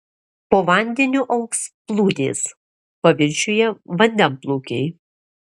po vandeniu augs plūdės paviršiuje vandenplūkiai